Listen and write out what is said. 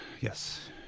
Yes